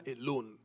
alone